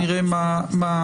נראה מה העמדה.